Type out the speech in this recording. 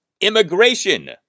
immigration